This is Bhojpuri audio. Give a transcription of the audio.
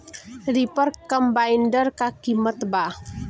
रिपर कम्बाइंडर का किमत बा?